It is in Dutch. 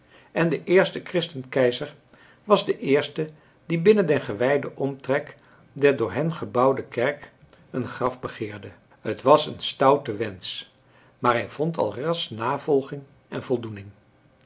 en de eerste christenkeizer was de eerste die binnen den gewijden omtrek der door hem gebouwde kerk een graf begeerde het was een stoute wensch maar hij vond alras navolging en voldoening